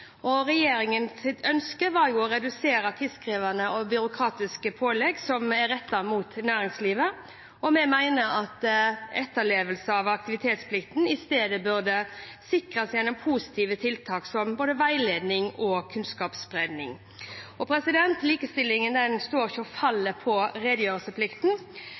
likestilling. Regjeringen ønsker å redusere tidskrevende og byråkratiske pålegg som er rettet mot næringslivet, og vi mener at etterlevelse av aktivitetsplikten i stedet burde sikres gjennom positive tiltak som veiledning og kunnskapsspredning. Likestillingen står og faller ikke med redegjørelsesplikten.